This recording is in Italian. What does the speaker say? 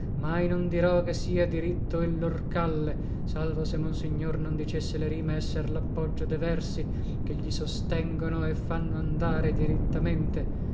voglia mai non dirò che sia diritto il lor calle salvo se monsignor non dicesse le rime esser lappoggio de versi che gli sostengono e fanno andare dirittamente